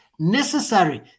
necessary